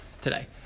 today